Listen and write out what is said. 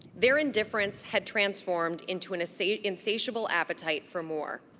their indifference had transformed into an so insatiable appetite for more.